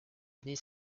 nie